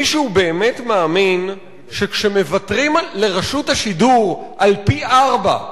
מישהו באמת מאמין שכשמוותרים לרשות השידור על פי-ארבעה,